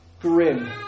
grim